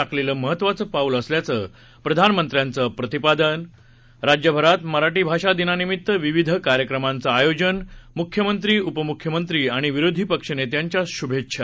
टाकलेलं महत्वाचं पाऊल असल्याचं प्रधानमंत्र्यांचं प्रतिपादन राज्यभरात मराठी भाषा दिनानिमित्त विविध कार्यक्रमांचं आयोजन मुख्यमंत्री उपमुख्यमंत्री आणि विरोधी पक्षनेत्यांच्या शुभेच्छा